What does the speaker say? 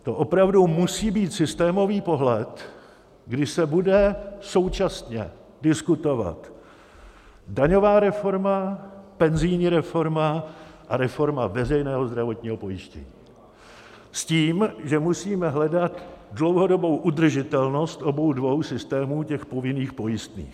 To opravdu musí být systémový pohled, kdy se bude současně diskutovat daňová reforma, penzijní reforma a reforma veřejného zdravotního pojištění, s tím, že musíme hledat dlouhodobou udržitelnost obou dvou systémů těch povinných pojistných.